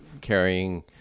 carrying